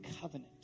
covenant